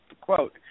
quote